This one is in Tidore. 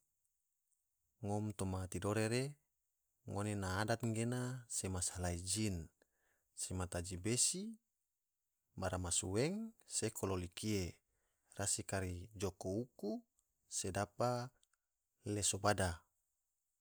Ngom tomaa tidore re ngone na adat ge sema salai jin, sema taji besi bara masueng, se kololi kie, rasi kari joko uku, sedaba leso bada.